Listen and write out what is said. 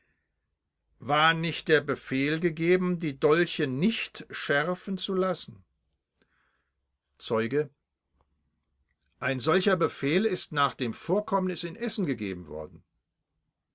war nicht der befehl gegeben die dolche nicht schärfen zu lassen zeuge ein solcher befehl ist nach dem vorkommnis in essen gegeben worden